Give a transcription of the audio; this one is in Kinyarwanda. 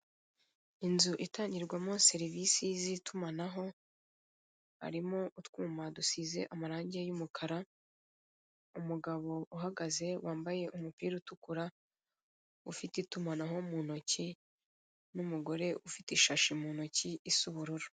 Inzu itangirwamo serivisi z'itumanaho, harimo utwuma dusize amarange y'umukara, umugabo uhagaze, wambaye umupira w'utukura, ufite itumanaho mu ntoki, n'umugore ufite ishashi mu ntoki, isa ubururu.